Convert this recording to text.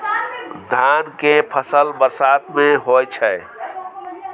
धान के फसल बरसात में होय छै?